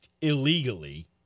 illegally